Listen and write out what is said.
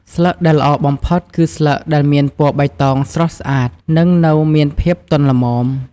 ស្លឹកដែលល្អបំផុតគឺស្លឹកដែលមានពណ៌បៃតងស្រស់ស្អាត ហើយនៅមានភាពទន់ល្មម។